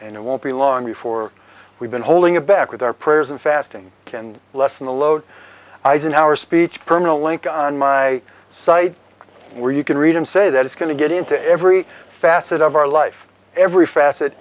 and it won't be long before we've been holding it back with our prayers and fasting and lessen the load eisenhower speech permanent link on my site where you can read him say that it's going to get into every facet of our life every facet